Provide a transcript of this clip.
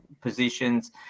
positions